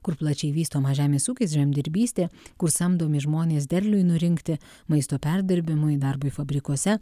kur plačiai vystomas žemės ūkis žemdirbystė kur samdomi žmonės derliui nurinkti maisto perdirbimui darbui fabrikuose